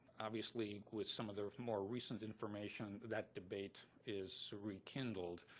obviously with some of the more recent information, that debate is rekindled.